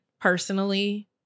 personally